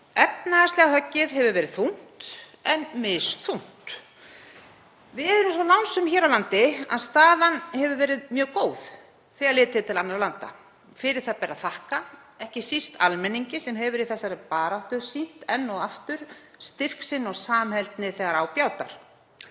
Efnahagslega höggið hefur verið þungt en misþungt. Við erum svo lánsöm hér á landi að staðan hefur verið mjög góð þegar litið er til annarra landa og fyrir það ber að þakka, ekki síst almenningi sem hefur í þessari baráttu sýnt enn og aftur styrk sinn og samheldni þegar á bjátar.